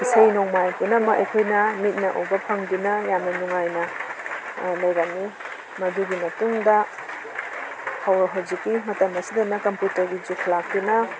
ꯏꯁꯩ ꯅꯣꯡꯃꯥꯏ ꯄꯨꯝꯅꯃꯛ ꯑꯩꯈꯣꯏꯅ ꯃꯤꯠꯅ ꯎꯕ ꯐꯪꯗꯨꯅ ꯌꯥꯝꯅ ꯅꯨꯡꯉꯥꯏꯅ ꯂꯩꯔꯝꯃꯤ ꯃꯗꯨꯒꯤ ꯃꯇꯨꯡꯗ ꯍꯧꯖꯤꯛꯀꯤ ꯃꯇꯝ ꯑꯁꯤꯗ ꯀꯝꯄꯨꯇꯔꯒꯤ ꯖꯨꯒ ꯂꯥꯛꯇꯨꯅ